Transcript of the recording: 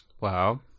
Wow